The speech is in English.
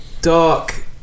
dark